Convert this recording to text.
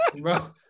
Bro